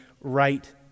right